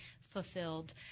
fulfilled